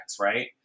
right